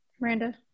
Miranda